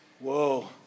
whoa